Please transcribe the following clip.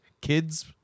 kids